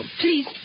Please